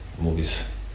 movies